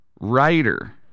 writer